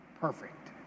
perfect